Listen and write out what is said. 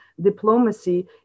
diplomacy